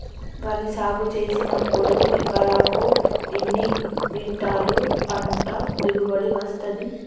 వరి సాగు చేసినప్పుడు ఎకరాకు ఎన్ని క్వింటాలు పంట దిగుబడి వస్తది?